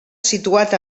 situat